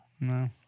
No